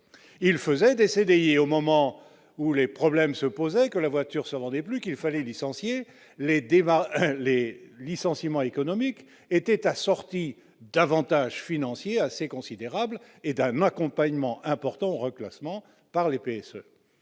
il faisait des CDI et au moment où les problèmes se posent avec la voiture se des plus qu'il fallait licencier les débats, les licenciements économiques étaient assortis d'avantages financiers assez considérable et d'un accompagnement important reclassements par l'je